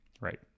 right